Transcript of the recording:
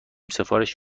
سفارش